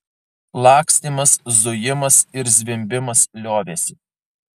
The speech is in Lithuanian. lakstymas zujimas ir zvimbimas liovėsi